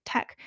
Tech